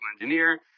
engineer